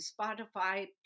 Spotify